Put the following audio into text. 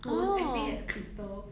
who was acting as crystal